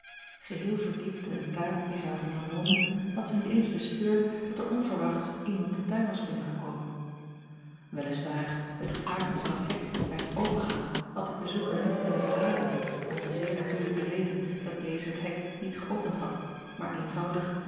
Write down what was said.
geheel verdiept in de taak die zij had ondernomen had zij niet eens bespeurd dat er onverwachts iemand den tuin was binnengekomen wel is waar het kraken van het hek bij t opengaan had den bezoeker niet kunnen verraden om de zeer natuurlijke reden dat deze het hek niet geöpend had maar eenvoudig